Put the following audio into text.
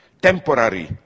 temporary